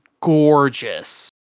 gorgeous